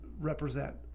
represent